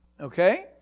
Okay